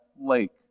lake